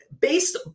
based